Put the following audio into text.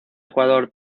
ecuador